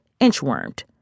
Inchwormed